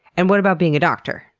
and what about being a doctor?